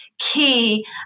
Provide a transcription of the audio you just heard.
Key